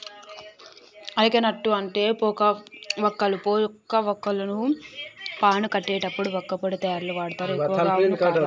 areca nut అంటే పోక వక్కలు, పోక వాక్కులను పాను కట్టేటప్పుడు వక్కపొడి తయారీల వాడుతారు ఎక్కువగా అవును కదా